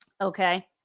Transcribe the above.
Okay